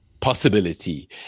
Possibility